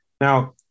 Now